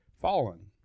fallen